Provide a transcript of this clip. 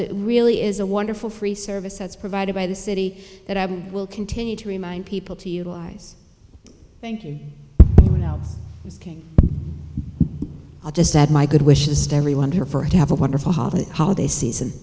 it really is a wonderful free service as provided by the city that i will continue to remind people to utilize thank you notes i'll just add my good wishes to everyone here for to have a wonderful holiday season